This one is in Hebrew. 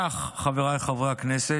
כך, חבריי חברי הכנסת,